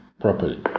Properly